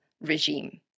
regime